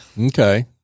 Okay